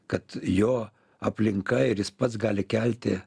kad jo aplinka ir jis pats gali kelti